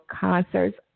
concerts